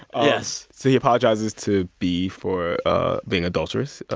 yes, so he apologizes to b for being adulterous,